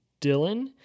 Dylan